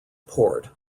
port